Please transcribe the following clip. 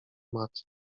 matt